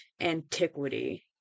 Antiquity